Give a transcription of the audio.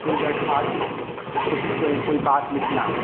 कोई दरख़्वास्त जैसे कुछ कोई कोई बात लिखना है